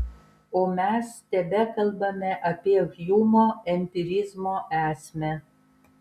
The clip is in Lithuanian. o mes tebekalbame apie hjumo empirizmo esmę